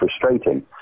frustrating